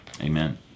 amen